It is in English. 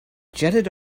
jetted